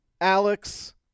Alex